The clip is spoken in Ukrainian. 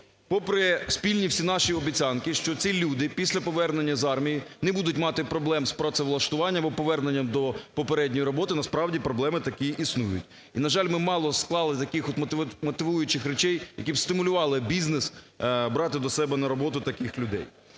попри спільні всі наші обіцянки, що ці люди після повернення з армії не будуть мати проблем з працевлаштуванням або поверненням до попередньої роботи, а насправді проблеми такі існують. І, на жаль, ми мало склали таких от мотивуючих речей, які б стимулювали бізнес брати до себе на роботу таких людей.